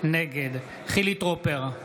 נגד חילי טרופר,